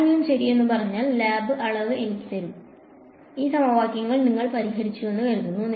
ആരെങ്കിലും ശരി എന്ന് ഞാൻ പറഞ്ഞാൽ ലാബ് അളവ് എനിക്ക് തരൂ ഈ സമവാക്യങ്ങൾ നിങ്ങൾ പരിഹരിച്ചുവെന്ന് കരുതുക